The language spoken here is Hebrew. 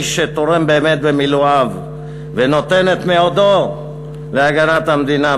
שתורם באמת במילואיו ונותן את מאודו להגנת המדינה,